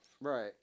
Right